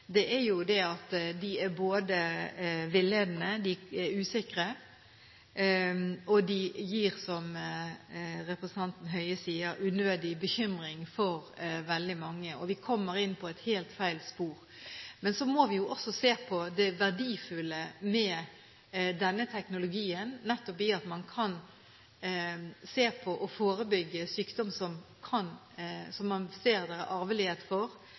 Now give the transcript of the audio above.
er at de er både villedende og usikre, og de gir, som representanten Høie sier, unødig bekymring for veldig mange, og vi kommer inn på helt feil spor. Men så må vi også se på det verdifulle med denne teknologien, at man kan se på og forebygge sykdom som man ser det er arvelighet for,